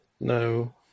No